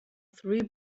three